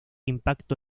impacto